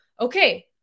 okay